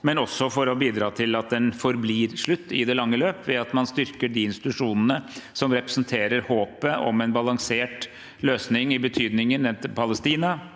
men også for å bidra til at den forblir slutt i det lange løp, ved at man styrker de institusjonene som representerer håpet om en balansert løsning – i betydningen en fri,